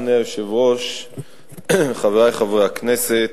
אדוני היושב-ראש, תודה, חברי חברי הכנסת,